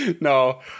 no